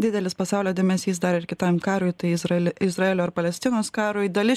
didelis pasaulio dėmesys dar ir kitam karui tai izrael izraelio ir palestinos karui dali